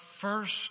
first